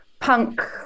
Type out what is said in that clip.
punk